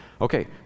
Okay